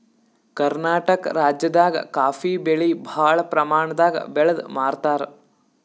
ಕರ್ನಾಟಕ್ ರಾಜ್ಯದಾಗ ಕಾಫೀ ಬೆಳಿ ಭಾಳ್ ಪ್ರಮಾಣದಾಗ್ ಬೆಳ್ದ್ ಮಾರ್ತಾರ್